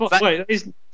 Wait